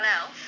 else